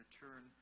turn